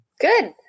Good